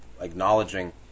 acknowledging